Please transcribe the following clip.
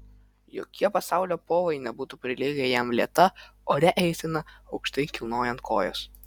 jokie pasaulio povai nebūtų prilygę jam lėta oria eisena aukštai kilnojant kojas